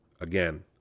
Again